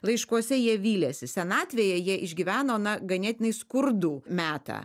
laiškuose jie vylėsi senatvėje jie išgyveno na ganėtinai skurdų metą